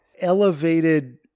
elevated